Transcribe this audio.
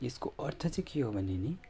यसको अर्थ चाहिँ के हो भने नि